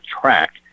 track